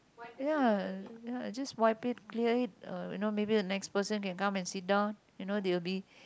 ya ya just wipe it clear it uh you know maybe the next person can come and sit down you know they'll be